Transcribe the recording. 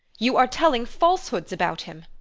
you are telling falsehoods about him!